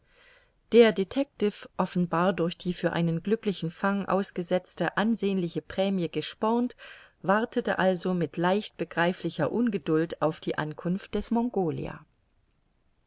der detective offenbar durch die für einen glücklichen fang ausgesetzte ansehnliche prämie gespornt wartete also mit leicht begreiflicher ungeduld auf die ankunft des mongolia